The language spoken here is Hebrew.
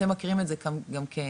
אתם מכירים את זה גם כאזרחים,